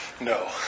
No